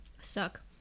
suck